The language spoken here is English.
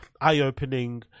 eye-opening